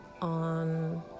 on